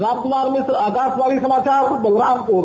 राम कुमार मिश्र आकाशवाणी समाचार बलरामपुर